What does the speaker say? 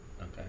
Okay